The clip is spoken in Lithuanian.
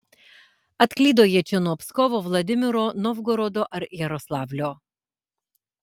atklydo jie čia nuo pskovo vladimiro novgorodo ar jaroslavlio